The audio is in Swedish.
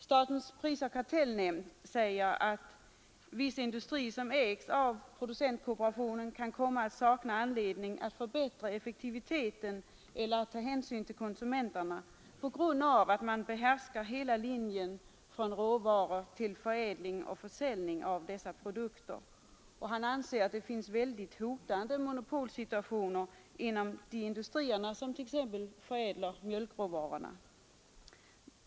Statens prisoch kartellnämnd säger att viss industri som ägs av producentkooperationen kan komma att sakna anledning att förbättra effektiviteten eller ta hänsyn till konsumenterna — på grund av att man behärskar hela linjen från råvara till förädling och försäljning av dessa produkter. Man anser att det finns väldigt hotande monopolsituationer inom de industrier som t.ex. förädlar mjölkråvarorna.